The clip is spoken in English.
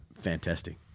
fantastic